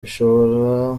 bishobora